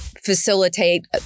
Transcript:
facilitate